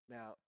Now